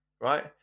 right